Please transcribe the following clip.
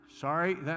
Sorry